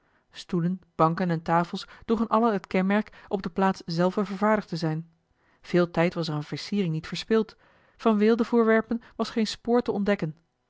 stoelen banken en tafels droegen alle het kenmerk op de plaats zelve vervaardigd te zijn veel tijd was er aan versiering niet verspild van weeldevoorwerpen was geen spoor te ontdekken